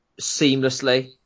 seamlessly